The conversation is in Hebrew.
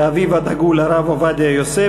לאביו הדגול הרב עובדיה יוסף,